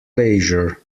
leisure